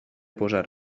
posar